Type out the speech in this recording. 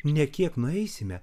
ne kiek nueisime